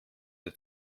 der